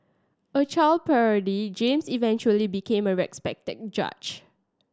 a child prodigy James eventually became a respected judge